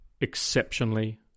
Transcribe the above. exceptionally